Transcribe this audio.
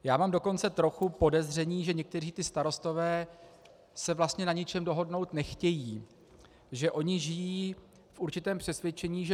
Já mám dokonce trochu podezření, že někteří ti starostové se vlastně na ničem dohodnout nechtějí, že oni žijí v určitém přesvědčení, že